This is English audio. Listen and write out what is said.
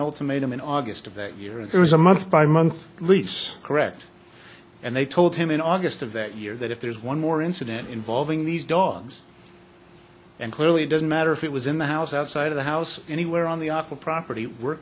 ultimatum in august of that year it was a month by month lease correct and they told him in august of that year that if there's one more incident involving these dogs and clearly doesn't matter if it was in the house outside of the house anywhere on the upper property where